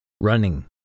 running